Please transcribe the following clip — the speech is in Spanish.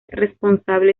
responsable